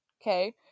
Okay